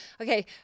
Okay